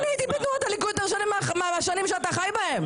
אני הייתי בתנועת הליכוד יותר שנים מהשנים שאתה חי בהן.